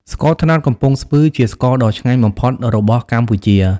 ស្ករត្នោតកំពង់ស្ពឺ ជាស្ករដ៏ឆ្ងាញ់បំផុតរបស់កម្ពុជា។